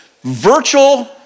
virtual